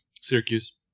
Syracuse